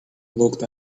looked